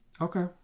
Okay